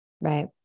Right